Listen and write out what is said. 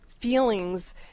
feelings